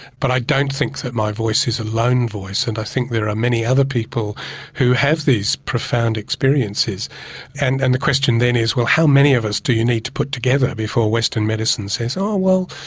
but i don't think that my voice is a lone voice and i think there are many other people who have these profound experiences and and the question then is well how many of us do you need to put together before western medicine says, oh well,